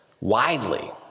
widely